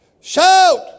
Shout